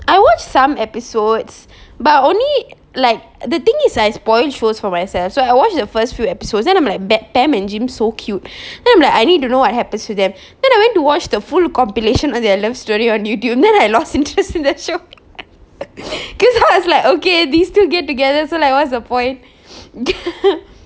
I watch some episodes but only like the thing is I spoil shows for myself so I watched the first few episodes then I'm like pam pam and jim so cute then I'm like I need to know what happens to them then I went to watch the full compilation of their life story on YouTube and then I lost interest in that show cause now I was like okay these two get together so like what's the point